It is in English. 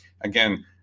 again